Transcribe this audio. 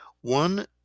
one